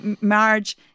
Marge